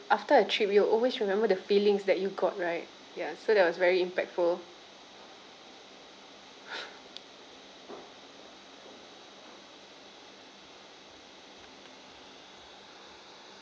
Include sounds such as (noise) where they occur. after a trip you'll always remember the feelings that you got right ya so that was very impactful (breath)